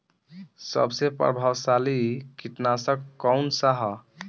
सबसे प्रभावशाली कीटनाशक कउन सा ह?